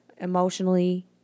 emotionally